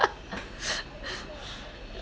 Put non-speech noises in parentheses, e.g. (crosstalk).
(laughs)